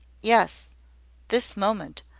yes this moment.